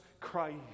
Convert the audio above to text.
Christ